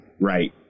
right